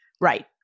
Right